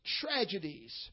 tragedies